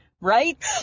Right